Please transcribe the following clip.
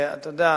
אתה יודע,